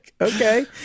okay